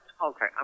Okay